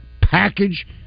package